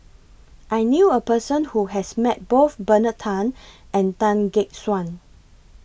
I knew A Person Who has Met Both Bernard Tan and Tan Gek Suan